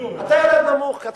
אתה יורד נמוך.